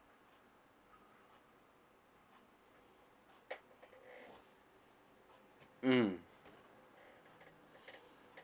mm